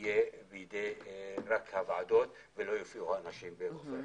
אי אפשר שיהיה רק בידי הוועדות ולא יופיעו האנשים בפניהן.